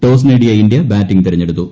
toss നേടിയ India batting തെരഞ്ഞെടുത്തു